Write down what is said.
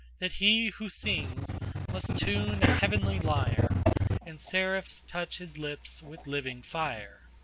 that he who sings must tune a heavenly lyre and seraphs touch his lips with living fire.